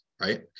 Right